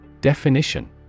Definition